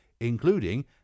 including